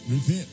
Repent